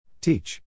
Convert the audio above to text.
Teach